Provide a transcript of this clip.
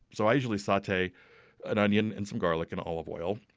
so i usually saute an onion and some garlic in olive oil.